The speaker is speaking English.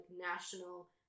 national